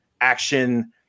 action